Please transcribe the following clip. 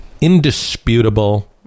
indisputable